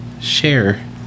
Share